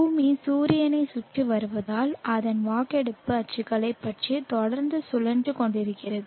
பூமி சூரியனைச் சுற்றி வருவதால் அதன் வாக்கெடுப்பு அச்சுகளைப் பற்றி தொடர்ந்து சுழன்று கொண்டிருக்கிறது